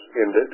ended